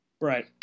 Right